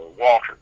Walter